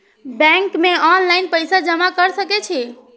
Bank में online पैसा जमा कर सके छीये?